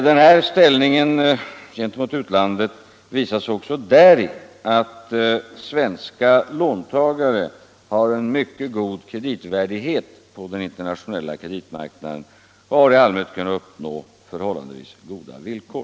Den här ställningen gentemot utlandet visar sig också däri att svenska låntagare har en mycket god kreditvärdighet på den internationella kreditmarknaden och i allmänhet har kunnat uppnå förhållandevis goda villkor.